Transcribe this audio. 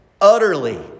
utterly